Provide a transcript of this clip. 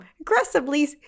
aggressively